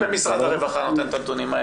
מי במשרד הרווחה נותן את הנתונים האלה?